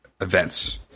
events